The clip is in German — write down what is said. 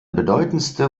bedeutendste